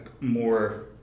more